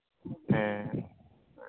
ᱦᱮᱸ